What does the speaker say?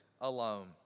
alone